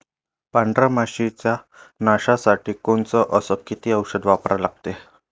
पांढऱ्या माशी च्या नाशा साठी कोनचं अस किती औषध वापरा लागते?